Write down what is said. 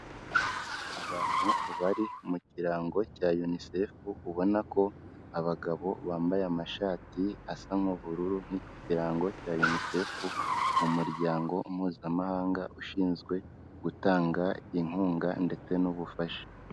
Abantu bari mu kirango cya unicef, ubona ko abagabo bambaye amashati asa nk'ubururu, nk'iki kirango cya unicef, umuryango mpuzamahanga ushinzwe gutanga inkunga ndetse n'ubufasha.